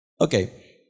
Okay